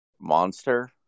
monster